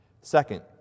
Second